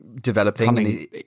developing